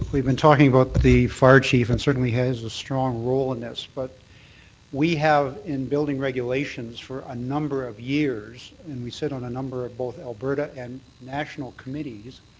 we've been talking about the fire chief and certainly he has a strong role in this, but we have in building regulations for a number of years, and we sit on a number of both alberta and national committees,